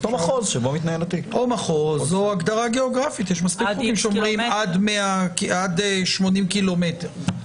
או מחוז או הגדרה גאוגרפית, אפשר להגדיר מרחק.